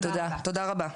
תודה רבה.